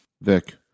Vic